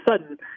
sudden